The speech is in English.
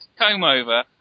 comb-over